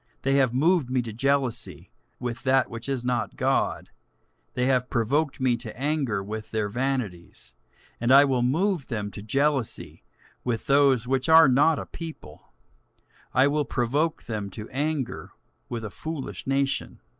they have moved me to jealousy with that which is not god they have provoked me to anger with their vanities and i will move them to jealousy with those which are not a people i will provoke them to anger with a foolish nation.